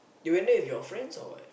you went there with your friends or what